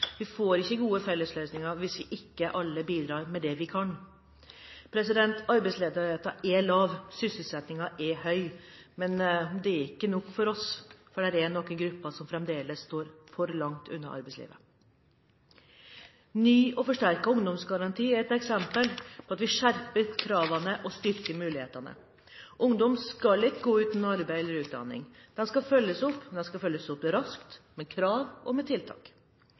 vi får ikke gode fellesløsninger hvis ikke alle bidrar med det de kan. Arbeidsledigheten er lav, sysselsettingen er høy, men det er ikke nok for oss, for det er noen grupper som fremdeles står for langt unna arbeidslivet. En ny og forsterket ungdomsgaranti er et eksempel på at vi skjerper kravene og styrker mulighetene. Ungdom skal ikke gå uten arbeid eller utdanning. De skal følges opp, og de skal følges opp raskt – med krav og med tiltak.